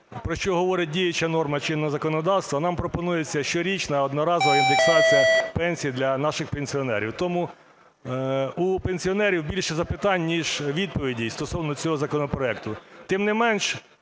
про що говорить діюча норма чинного законодавства, нам пропонується щорічна одноразова індексація пенсій для наших пенсіонерів. Тому у пенсіонерів більше запитань, ніж відповідей стосовно цього законопроекту. Тим не менш,